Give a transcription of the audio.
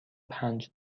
پنج